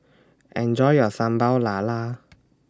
Enjoy your Sambal Lala